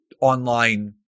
online